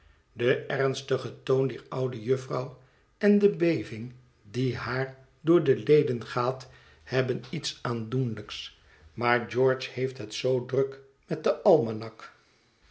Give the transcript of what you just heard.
de ernstige toon dier oude jufvrouw en de beving die haar door de leden gaat hebben iets aandoenlijks maar george heeft het zoo druk met den almanak